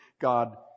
God